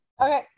okay